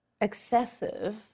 excessive